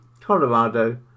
Colorado